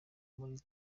muri